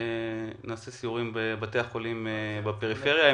נעשה סיורים בבתי החולים בפריפריה.